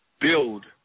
build